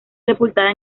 sepultada